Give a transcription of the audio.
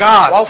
God